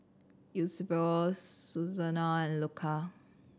Eusebio Susanna and Luca